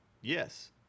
Yes